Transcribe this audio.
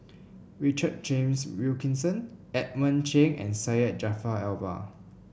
Richard James Wilkinson Edmund Cheng and Syed Jaafar Albar